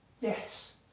Yes